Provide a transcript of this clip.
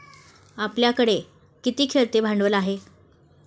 आपल्याकडे किती खेळते भांडवल आहे?